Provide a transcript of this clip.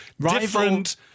different